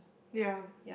ya